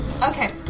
Okay